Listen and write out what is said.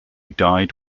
died